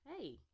hey